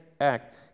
act